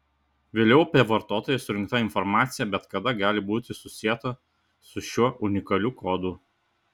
vėliau apie vartotoją surinkta informacija bet kada gali būti susieta su šiuo unikaliu kodu